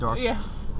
Yes